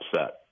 upset